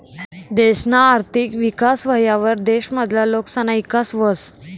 देशना आर्थिक विकास व्हवावर देश मधला लोकसना ईकास व्हस